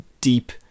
deep